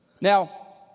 Now